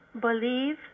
believe